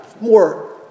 more